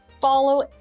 follow